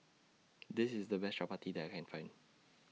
This IS The Best Chappati that I Can Find